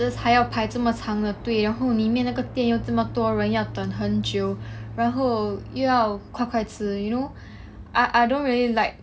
just 还要排这么长的队然后里面那个店又这么多人要等很久然后又要快快吃 you know I I don't really like